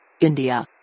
India